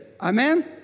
Amen